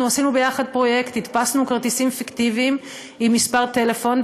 אנחנו עשינו ביחד פרויקט: הדפסנו כרטיסים פיקטיביים עם מספר טלפון,